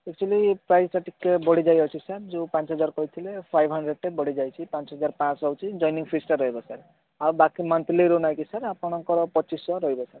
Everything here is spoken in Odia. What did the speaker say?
ଆକ୍ଚୁଆଲି ପ୍ରାଇସ୍ଟା ଟିକିଏ ବଢ଼ିଯାଇଅଛି ସାର୍ ଯେଉଁ ପାଞ୍ଚହଜାର କହିଥିଲେ ଫାଇଭ୍ ହଣ୍ଡ୍ରେଟା ବଢ଼ିଯାଇଛି ପାଞ୍ଚହଜାର ପାଞ୍ଚଶହ ହେଉଛି ଜଏନିଙ୍ଗ ଫିସ୍ଟା ରହିବ ସାର୍ ଆଉ ବାକି ମନ୍ଥଲି ରହୁନାହିଁ କି ସାର୍ ଆପଣଙ୍କର ପଚିଶଶହ ରହିବ ସାର୍